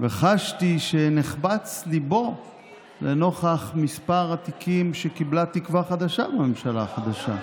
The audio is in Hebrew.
וחשתי שנחמץ ליבו לנוכח מספר התיקים שקיבלה תקווה חדשה בממשלה החדשה.